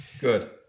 good